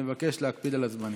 אני מבקש להקפיד על הזמנים.